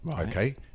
okay